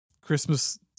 christmas